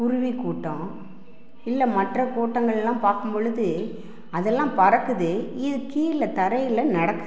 குருவி கூட்டம் இல்லை மற்ற கூட்டங்கள் எல்லாம் பார்க்கும் பொழுது அதெல்லாம் பறக்குது இது கீழே தரையில் நடக்குது